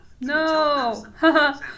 no